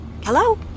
Hello